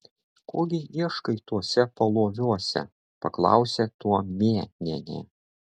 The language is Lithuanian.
ko gi ieškai tuose paloviuose paklausė tuomėnienė